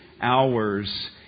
Hours